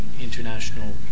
international